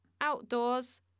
outdoors